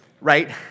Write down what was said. right